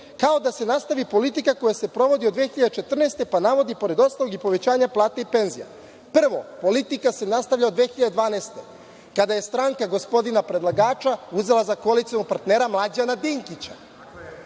kao i da se nastavi politika koja se sprovodi od 2014. godine, pa navodi, pored ostalog, i povećanje plata i penzija. Prvo, politika se nastavlja od 2012. godine, kada je stranka gospodina predlagača uzela za koalicionog partnera Mlađana Dinkića,